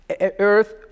earth